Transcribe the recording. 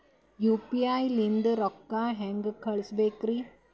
UPI ನಿಂದ ರೊಕ್ಕ ಹೆಂಗ ಕಳಸಬೇಕ್ರಿ?